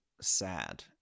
sad